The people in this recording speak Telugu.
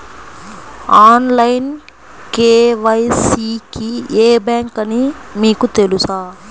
ఆన్లైన్ కే.వై.సి కి ఏ బ్యాంక్ అని మీకు తెలుసా?